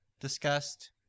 discussed